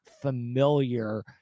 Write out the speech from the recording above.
familiar